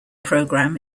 program